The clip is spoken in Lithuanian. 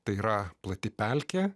tai yra plati pelkė